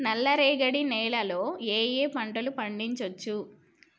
నల్లరేగడి నేల లో ఏ ఏ పంట లు పండించచ్చు?